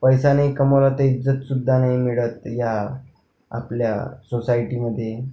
पैसा नाही कमावला तर इज्जतसुद्धा नाही मिळत या आपल्या सोसायटीमध्ये